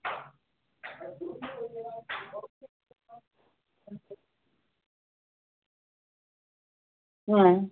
হ্যাঁ